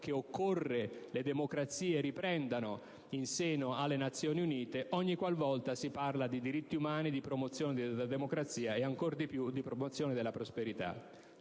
che occorre le democrazie riprendano in seno alle Nazioni Unite ogniqualvolta si parla di diritti umani, di promozione della democrazia e, ancor di più, di promozione della prosperità.